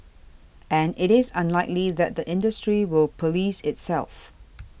and it is unlikely that the industry will police itself